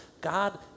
God